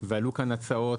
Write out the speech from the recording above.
ועלו כאן הצעות,